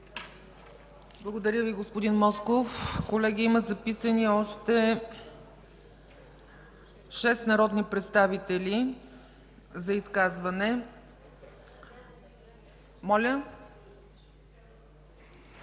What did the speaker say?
Благодаря Ви, господин Москов. Колеги, има записани още 6 народни представители за изказване.